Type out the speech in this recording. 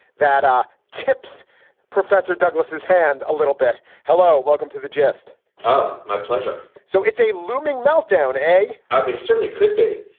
that ah tips professor douglas's hand a little bit. hello, welcome to the jeste um my pleasure. so it's a looming meltdown a i mean, certainly could be.